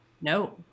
no